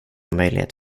möjlighet